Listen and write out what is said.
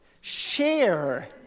share